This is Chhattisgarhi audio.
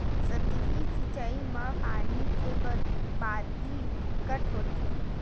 सतही सिचई म पानी के बरबादी बिकट होथे